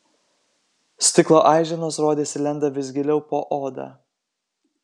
stiklo aiženos rodėsi lenda vis giliau po oda